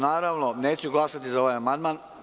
Naravno, neću glasati za ovaj amandman.